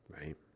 right